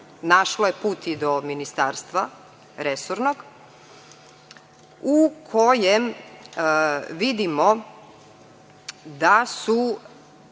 našlo je put i do Ministarstva, resornog, u kojem vidimo da je